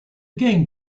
game